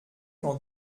qu’en